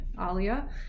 alia